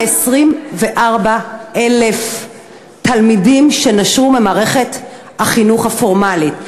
מ-24,000 תלמידים נשרו ממערכת החינוך הפורמלי.